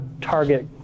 target